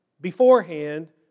beforehand